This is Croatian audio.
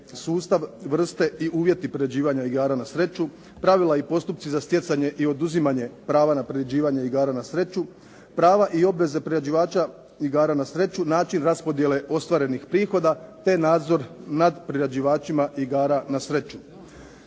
sustav, vrste i uvjeti privređivanja igara na sreću, pravila i postupci za stjecanje i oduzimanje prava na priređivanja igara na sreću, prava i obveze priređivača igara na sreću, način raspodjele ostvarenih prihoda te nadzor nad priređivačima igara na sreću.